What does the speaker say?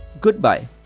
goodbye